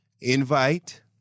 invite